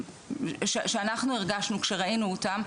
שאנחנו הרגשנו כשראינו אותם,